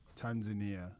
Tanzania